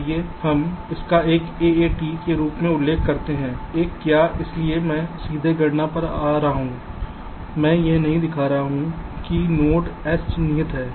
आइए हम इसका एक AAT के रूप में उल्लेख करते हैं कि 1 क्या है इसलिए मैं सीधे गणना कर रहा हूं मैं यह नहीं दिखा रहा हूं कि नोड S निहित है